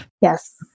Yes